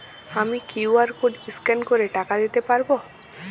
আমি QR code scan করে টাকা দিতে পারবো?